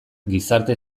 gizarte